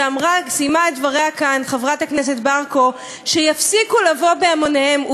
סיימה את דבריה כאן חברת הכנסת ברקו: שיפסיקו לבוא בהמוניהם.